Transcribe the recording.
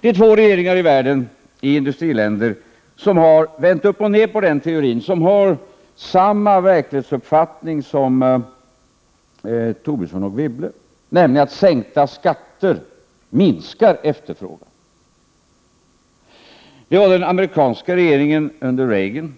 Det är två regeringar i industriländer i världen som har vänt upp och ned på den teorin, som har samma verklighetsuppfattning som Lars Tobisson och Anne Wibble, nämligen att sänkta skatter minskar efterfrågan. Den ena var den amerikanska regeringen under Reagan.